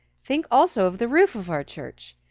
think also of the roof of our church.